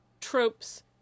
tropes